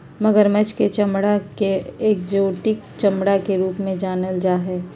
मगरमच्छ के चमडड़ा के एक्जोटिक चमड़ा के रूप में भी जानल जा हई